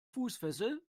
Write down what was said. fußfessel